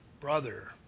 brother